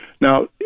Now